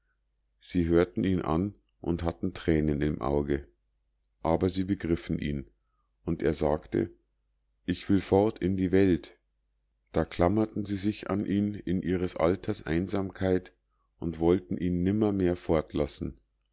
sie hörten ihn an und hatten tränen im auge aber sie begriffen ihn und er sagte ich will fort in die welt da klammerten sie sich an ihn in ihres alters einsamkeit und wollten ihn nimmermehr fortlassen